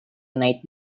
night